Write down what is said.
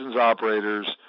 operators